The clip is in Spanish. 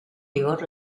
vigor